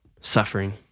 suffering